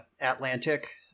Atlantic